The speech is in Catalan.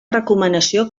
recomanació